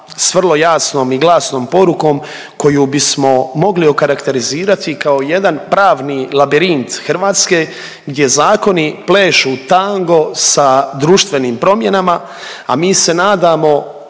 s vrlo jasnom i glasnom porukom, koju bismo mogli okarakterizirati kao jedan pravni labirint Hrvatske gdje zakoni plešu tango sa društvenim promjenama, a mi se nadamo